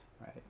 right